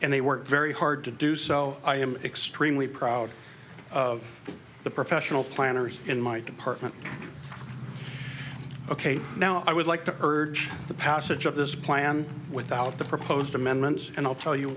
and they worked very hard to do so i am extremely proud of the professional planners in my department ok now i would like to urge the passage of this plan without the proposed amendments and i'll tell you